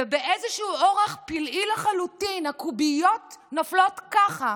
ובאיזשהו אורח פלאי לחלוטין הקוביות נופלות ככה